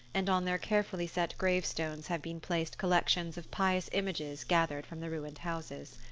and on their carefully set grave-stones have been placed collections of pious images gathered from the ruined houses.